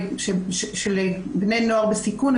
של בני נוער בסיכון,